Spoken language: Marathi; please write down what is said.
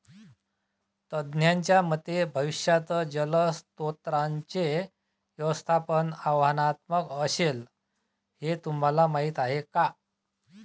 तज्ज्ञांच्या मते भविष्यात जलस्रोतांचे व्यवस्थापन आव्हानात्मक असेल, हे तुम्हाला माहीत आहे का?